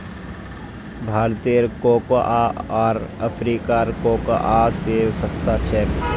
भारतेर कोकोआ आर अफ्रीकार कोकोआ स सस्ता छेक